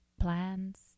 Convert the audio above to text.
plans